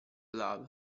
love